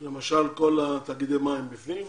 כל תאגידי המים בפנים?